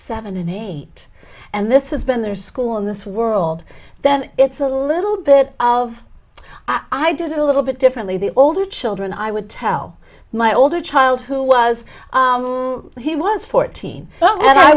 seven and eight and this has been their school in this world then it's a little bit of i did a little bit differently the older children i would tell my older child who was he was fourteen and i